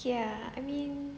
okay ah I mean